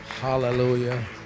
Hallelujah